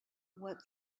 what